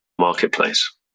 marketplace